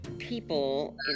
People